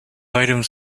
items